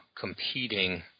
competing